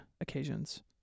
occasions